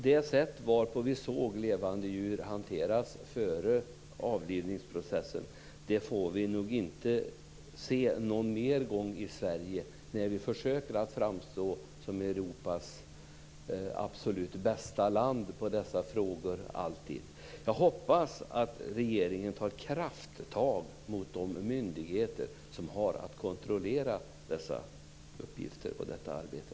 Det sätt varpå vi såg levande djur hanteras inför avlivningsprocessen får vi nog inte se någon mer gång i Sverige när vi alltid försöker framstå som Europas absolut bästa land på dessa frågor. Jag hoppas att regeringen tar krafttag mot de myndigheter som har att kontrollera dessa uppgifter och detta arbete.